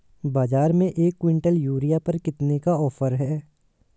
बाज़ार में एक किवंटल यूरिया पर कितने का ऑफ़र है?